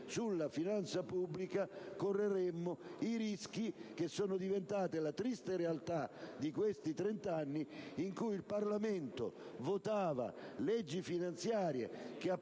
sulla finanza pubblica, correremmo i rischi che sono diventati la triste realtà di questi trent'anni, nei quali il Parlamento votava leggi finanziarie che apparentemente